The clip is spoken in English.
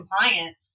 compliance